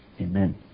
Amen